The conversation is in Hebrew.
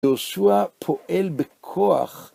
יהושע פועל בכוח.